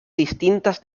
distintas